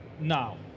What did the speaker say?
now